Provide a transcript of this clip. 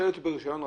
השלט ברישיון.